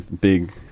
big